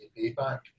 payback